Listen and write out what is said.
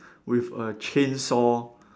with a chainsaw